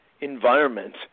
environment